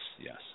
yes